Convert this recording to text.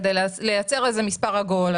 כדי לייצר מספר עגול,